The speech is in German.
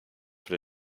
für